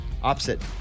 Opposite